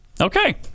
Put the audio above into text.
Okay